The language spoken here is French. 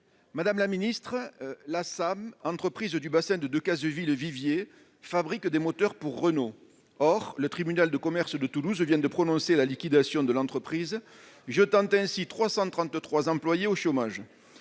de l'industrie, la SAM, entreprise du bassin de Decazeville à Viviez, fabrique des moteurs pour Renault. Or le tribunal de commerce de Toulouse vient de prononcer sa liquidation, jetant ainsi 333 employés au chômage.